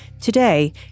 Today